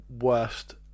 worst